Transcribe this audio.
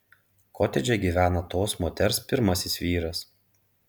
kotedže gyvena tos moters pirmasis vyras